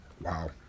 Wow